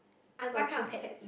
I got choose pets